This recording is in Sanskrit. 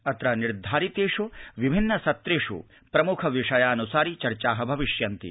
अत्र निर्धारितेष् विभिन्न सत्रेष् प्रमुख विषयानुसारि चर्चा भविष्यन्ति